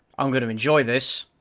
i'm going to enjoy this.